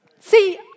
See